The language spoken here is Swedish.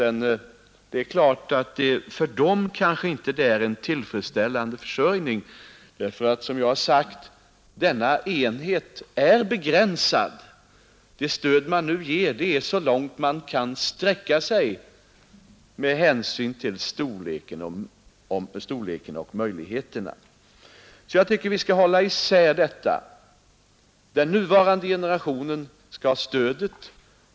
Men det är klart att för dem blir det kanske inte en tillfredsställande försörjning, för det är som jag har sagt: Denna jordbruksenhet är begränsad, och det stöd man nu ger sträcker sig så langt man kan gå med hänsyn till storleken och möjligheterna. Jag tycker därför att vi skall hålla isär detta. Den nuvarande generationen skall ha stödet.